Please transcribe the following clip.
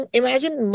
imagine